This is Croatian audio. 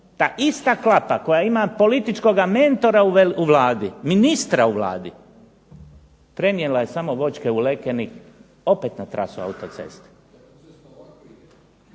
Ta ista klapa koja ima političkoga mentora u Vladi, ministra u Vladi, prenijela je samo voćke u Lekenik, opet na trasu autoceste.